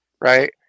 right